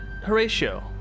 Horatio